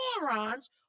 morons